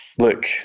look